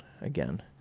again